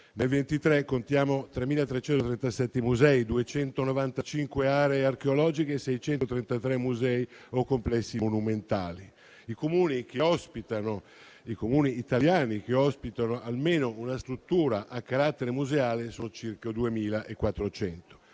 nel 2023 contiamo 3.337 musei, 295 aree archeologiche e 633 musei o complessi monumentali. I Comuni italiani che ospitano almeno una struttura a carattere museale sono circa 2.400.